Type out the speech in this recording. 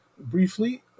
briefly